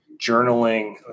journaling